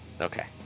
Okay